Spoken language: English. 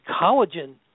collagen